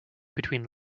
between